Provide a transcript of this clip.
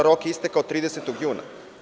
Rok je istekao 30. juna.